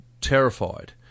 terrified